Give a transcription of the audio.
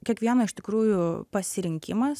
kiekvieno iš tikrųjų pasirinkimas